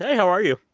yeah how are you?